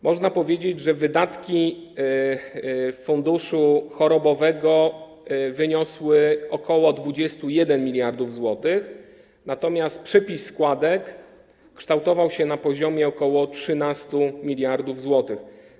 Można powiedzieć, że wydatki funduszu chorobowego wyniosły ok. 21 mld zł, natomiast przypis składek kształtował się na poziomie ok. 13 mld zł.